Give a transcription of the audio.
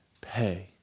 pay